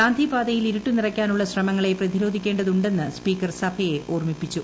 ഗാന്ധിപാതയിൽ ഇരുട്ട് നിറയ്ക്കാനുള്ള ഗ്രശമങ്ങളെ പ്രതിരോധിക്കേണ്ടതുണ്ടെന്ന് സ്പീക്കർ സഭയെ ഓർമിപ്പിച്ചു